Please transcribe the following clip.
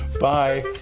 Bye